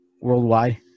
Worldwide